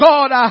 God